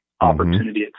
opportunity